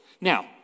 Now